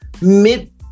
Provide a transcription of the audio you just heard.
mid